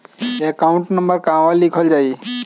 Account number कहवा लिखल जाइ?